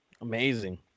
Amazing